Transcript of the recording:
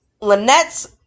Lynette's